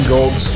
Gold